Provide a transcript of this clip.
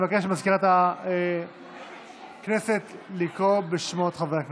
אני מבקש ממזכירת הכנסת לקרוא בשמות חברי הכנסת.